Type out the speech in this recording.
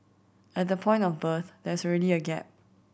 at the point of birth there is already a gap